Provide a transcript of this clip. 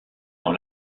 dans